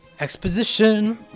Exposition